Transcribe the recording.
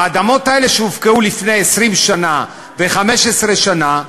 האדמות האלה, שהופקעו לפני 20 שנה ו-15 שנה,